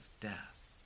death